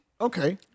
Okay